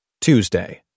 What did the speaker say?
Tuesday